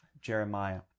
Jeremiah